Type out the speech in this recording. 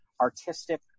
artistic